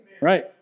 Right